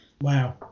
wow